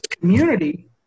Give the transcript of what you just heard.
community